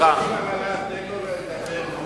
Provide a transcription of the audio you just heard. סדר-היום הוא אחר.